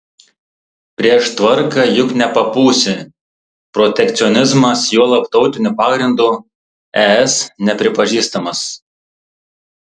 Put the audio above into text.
prieš tvarką juk nepapūsi protekcionizmas juolab tautiniu pagrindu es nepripažįstamas